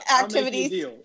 activities